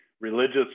religious